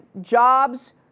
jobs